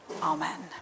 Amen